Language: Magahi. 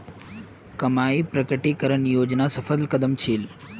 कमाईर स्वैच्छिक प्रकटीकरण योजना सफल कदम छील